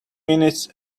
minutes